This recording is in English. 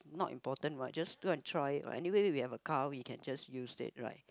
not important what just go and try it what anyway we have a car we can just use it right